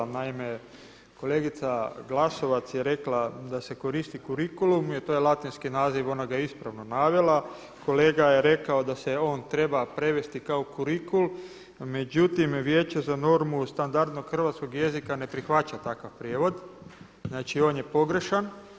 Naime, kolegica Glasovac je rekla da se koristi kurikulum i to je latinski naziv i ona ga je ispravno navela, kolega je rekao da se on treba prevesti kao kurikul, međutim Vijeće za normu standardnog hrvatskog jezika ne prihvaća takav prijevod, znači on je pogrešan.